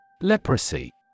Leprosy